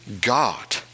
God